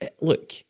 look